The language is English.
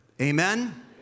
Amen